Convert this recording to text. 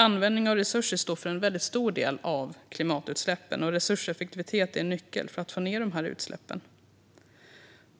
Användning av resurser står för en väldigt stor del av klimatutsläppen, och resurseffektivitet är en nyckel för att få ned utsläppen.